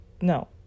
no